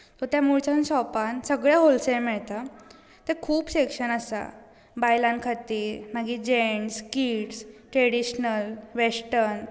त्या मुळचंद शॉपान सगळें होलसेल मेळटा तें खुबशें सेक्शन आसात बायलां खातीर मागीर जेन्टस कीड्स ट्रेडीशनल व्हेस्टर्नस